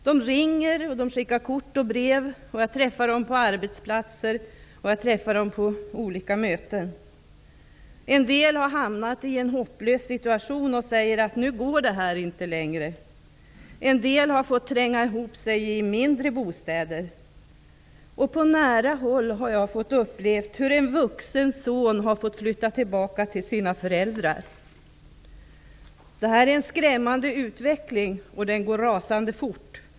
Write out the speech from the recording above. De ringer, skickar kort och brev, och jag träffar dem på arbetsplatser och vid olika möten. En del har hamnat i en hopplös situation och säger: nu går det inte längre. En del har fått tränga ihop sig i mindre bostäder. På nära håll har jag fått uppleva hur en vuxen son har fått flytta tillbaka till sina föräldrar. Detta är en skrämmande utveckling, och den går rasande fort.